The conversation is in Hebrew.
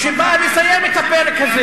אני מת לשמוע אותך אומר: